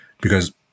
because-